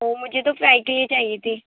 وہ مجھے تو فرائی کے لئے چاہیے تھی